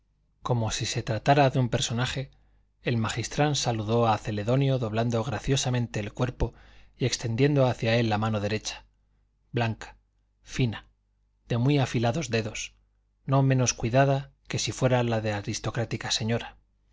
como si se tratara de un personaje el magistral saludó a celedonio doblando graciosamente el cuerpo y extendiendo hacia él la mano derecha blanca fina de muy afilados dedos no menos cuidada que si fuera la de aristocrática señora